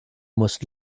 must